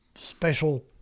Special